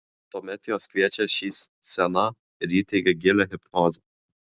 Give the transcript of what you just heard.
tuomet juos kviečia šį sceną ir įteigia gilią hipnozę